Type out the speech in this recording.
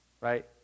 right